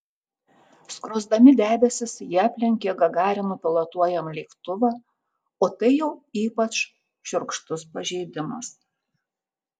skrosdami debesis jie aplenkė gagarino pilotuojamą lėktuvą o tai jau ypač šiurkštus pažeidimas